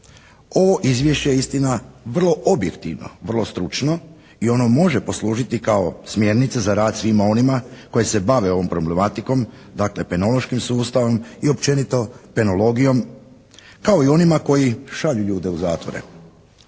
Ovo je Izvješće istina vrlo objektivno, vrlo stručno i ono može poslužiti kao smjernica za rad svima onima koji se bave ovom problematikom, dakle penološkim sustavom i općenito penologijom, kao i onima koji šalju ljude u zatvore.